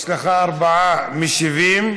יש לך ארבעה משיבים,